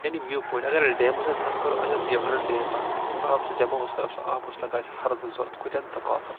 یعنی view point اگر أسۍ ڈیمَن ہٕنٛز کَتھ کَرو اَسہِ ٲسۍ یمبرَن ڈیم اَکھ یِم آب سُہ جمع اوس کَراو سُہ آب اوس لگان اَسہِ ہَردٕ ضوٚرَتھ کُلیٚن تہٕ قافَن